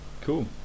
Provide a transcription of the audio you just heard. Cool